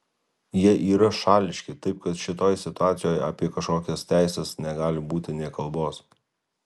jie yra šališki taip kad šitoj situacijoj apie kažkokias teises negali būti nė kalbos